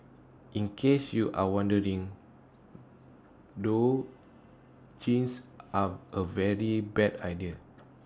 in case you are wondering though jeans are A very bad idea